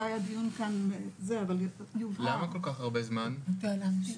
כי זה טיפה סבוך: (3)על אף הוראות פסקה (2),